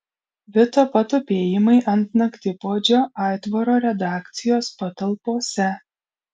vito patupėjimai ant naktipuodžio aitvaro redakcijos patalpose